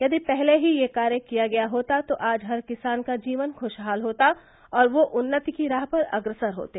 यदि पहले ही यह कार्य किया गया होता तो आज हर किसान का जीवन खुशहाल होता और यो उन्नति की राह पर अग्रसर होते